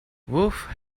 wolfe